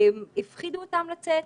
הפחידו אותם לצאת,